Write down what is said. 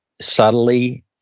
subtly